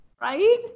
right